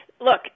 look